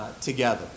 together